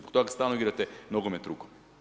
To ak stalno igrate nogomet rukom.